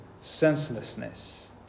senselessness